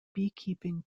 beekeeping